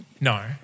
No